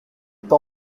pas